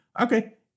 Okay